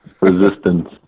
Resistance